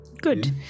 Good